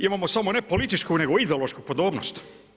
Imamo samo ne političku, nego ideološku podobnost.